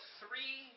three